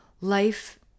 life